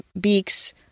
beaks